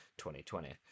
2020